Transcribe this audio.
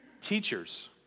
Teachers